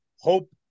hope